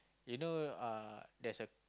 you know uh there is a